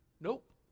nope